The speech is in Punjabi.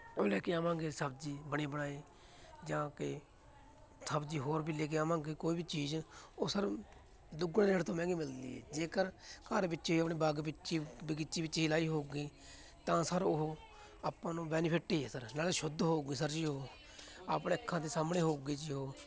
ਉਹ ਲੈ ਕੇ ਆਵਾਂਗੇ ਸਬਜ਼ੀ ਬਣੀ ਬਣਾਈ ਜਾ ਕੇ ਸਬਜੀ ਹੋਰ ਵੀ ਲੈ ਕੇ ਆਵਾਂਗੇ ਕੋਈ ਵੀ ਚੀਜ਼ ਉਹ ਸਰ ਦੁੱਗਣੇ ਰੇਟ ਤੋਂ ਮਹਿੰਗੀ ਮਿਲਦੀ ਹੈ ਜੇਕਰ ਘਰ ਵਿੱਚ ਇਹ ਆਪਣੇ ਬਾਗ ਵਿੱਚ ਬਗੀਚੀ ਵਿੱਚ ਹੀ ਲਗਾਈ ਹੋਵੇਗੀ ਤਾਂ ਸਰ ਉਹ ਆਪਾਂ ਨੂੰ ਬੈਨੀਫਿਟ ਹੀ ਹੈ ਸਰ ਨਾਲੇ ਸ਼ੁੱਧ ਹੋਵੇਗੀ ਸਰ ਜੀ ਉਹ ਆਪਣੇ ਅੱਖਾਂ ਦੇ ਸਾਹਮਣੇ ਹੋਵੇਗੀ ਜੀ ਉਹ